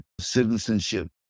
citizenship